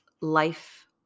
life